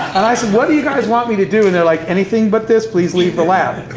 and i said, what do you guys want me to do? and they're like, anything but this, please leave the lab.